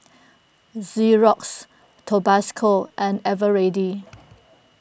Xorex Tabasco and Eveready